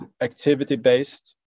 activity-based